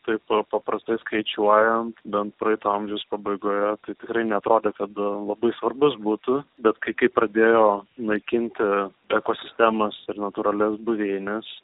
taip paprastai skaičiuojant bent praeito amžiaus pabaigoje tai tikrai neatrodė kad labai svarbus būtų bet kai kai pradėjo naikinti ekosistemas ir natūralias buveines